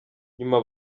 nyuma